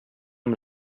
amb